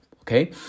okay